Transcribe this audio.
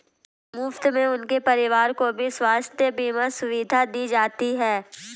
मुफ्त में उनके परिवार को भी स्वास्थ्य बीमा सुविधा दी जाती है